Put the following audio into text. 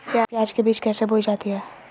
प्याज के बीज कैसे बोई जाती हैं?